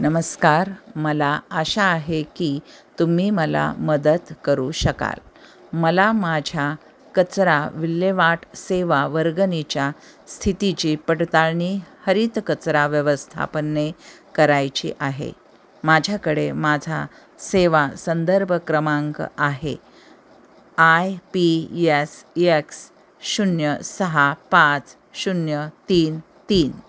नमस्कार मला आशा आहे की तुम्ही मला मदत करू शकाल मला माझ्या कचरा विल्हेवाट सेवा वर्गणीच्या स्थितीची पडताळणी हरित कचरा व्यवस्थापनने करायची आहे माझ्याकडे माझा सेवा संदर्भ क्रमांक आहे आय पी यस यक्स शून्य सहा पाच शून्य तीन तीन